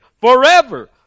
forever